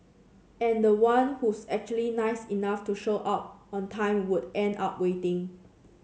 and the one who's actually nice enough to show up on time would end up waiting